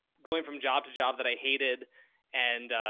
going from job to job that i hated and,